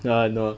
ya I know